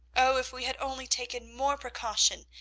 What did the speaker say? oh, if we had only taken more precaution,